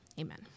Amen